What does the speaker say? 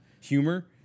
humor